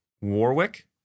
Warwick